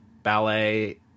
ballet